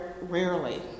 rarely